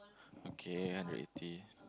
okay hundred eighty